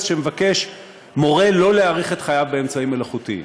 שמורה שלא להאריך את חייו באמצעים מלאכותיים.